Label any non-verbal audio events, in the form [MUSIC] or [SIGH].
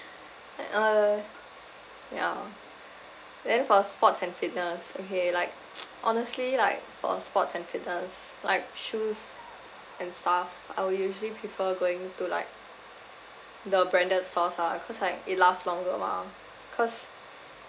uh uh yeah then for sports and fitness okay like [NOISE] honestly like for sports and fitness like shoes and stuff I will usually prefer going to like the branded stores ah cause like it last longer mah cause